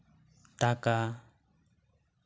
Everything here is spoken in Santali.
ᱴᱟᱠᱟ